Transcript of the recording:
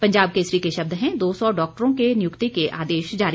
पंजाब केसरी के शब्द हैं दो सौ डॉक्टरों के नियुक्ति के आदेश जारी